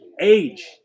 Age